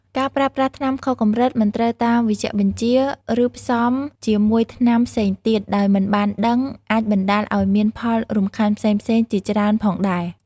ការប្រើប្រាស់ថ្នាំខុសកម្រិត មិនត្រូវតាមវេជ្ជបញ្ជា ឬផ្សំជាមួយថ្នាំផ្សេងទៀតដោយមិនបានដឹង អាចបណ្ដាលឱ្យមានផលរំខានផ្សេងៗជាច្រើនផងដែរ។